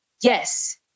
yes